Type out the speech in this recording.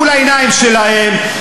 מול העיניים שלהם,